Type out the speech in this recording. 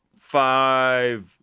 five